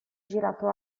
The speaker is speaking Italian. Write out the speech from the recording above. girato